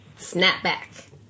Snapback